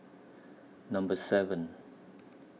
Number seven